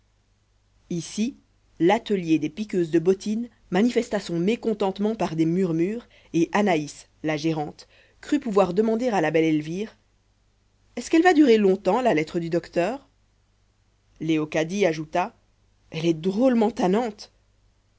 ici l'atelier des piqueuses de bottines manifesta son mécontentement par des murmures et anaïs la gérante crut pouvoir demander à la belle elvire est-ce qu'elle va durer longtemps la lettre du docteur léocadie ajouta elle est drôlement tannante